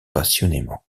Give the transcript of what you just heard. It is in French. passionnément